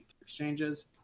exchanges